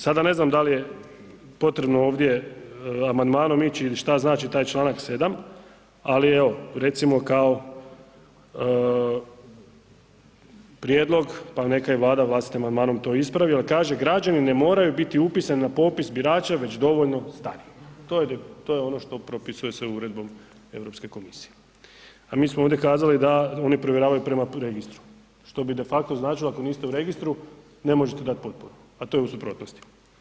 Sada ne znam da li je potrebno ovdje amandmanom ići ili šta znači taj čl. 7. ali evo, recimo kao prijedlog pa neka i Vlada vlastitim amandmanom to ispravi jer kaže građani ne moraju biti upisani na popis birača već dovoljno stari, to je ono što propisuje uredbom Europske komisije a mi smo ovdje kazali da oni provjeravaju prema registru što bi de facto značilo ako niste u registru, ne možete dati potporu a to je u suprotnosti.